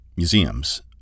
Museums